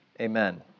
Amen